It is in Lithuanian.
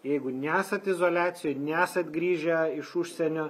jeigu nesat izoliacijoj nesat grįžę iš užsienio